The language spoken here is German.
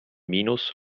minus